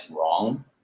wrong